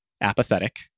apathetic